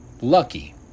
lucky